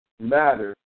matter